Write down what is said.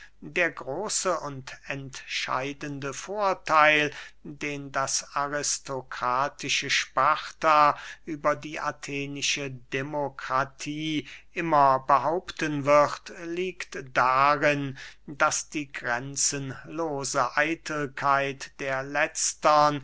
der große und entscheidende vortheil den das aristokratische sparta über die athenische demokratie immer behaupten wird liegt darin daß die grenzenlose eitelkeit der letztern